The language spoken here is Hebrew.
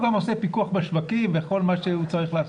גם עושה פיקוח בשווקים וכל מה שהוא צריך לעשות.